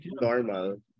normal